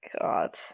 God